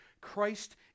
Christ